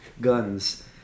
guns